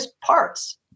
parts